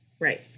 right